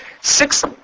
six